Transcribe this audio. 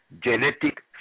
genetic